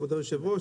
כבוד היושב-ראש,